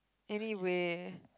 anyway